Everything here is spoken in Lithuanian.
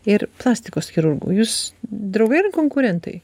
ir plastikos chirurgų jūs draugai ar konkurentai